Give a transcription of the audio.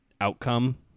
outcome